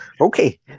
okay